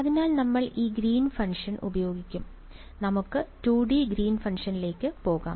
അതിനാൽ നമ്മൾ ഈ ഗ്രീൻ ഫംഗ്ഷൻ ഉപയോഗിക്കും അതിനാൽ നമുക്ക് 2 ഡി ഗ്രീൻ ഫംഗ്ഷനിലേക്ക് പോകാം